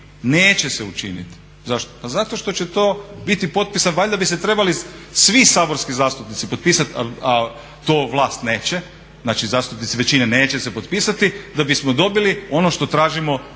Neće se učiniti. Zašto, pa zato što će to biti potpisano, valjda bi se trebali svi saborski zastupnici potpisat a to vlast neće, znači zastupnici većine neće se potpisati da bismo dobili ono što tražimo od